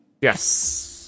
Yes